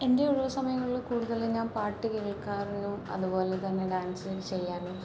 എൻ്റെ ഒഴിവു സമയങ്ങളിൽ കൂടുതലും ഞാൻ പാട്ട് കേൾക്കാറുണ്ട് അതുപോലെ തന്നെ ഡാൻസ് ചെയ്യാനും